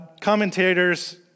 Commentators